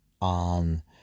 on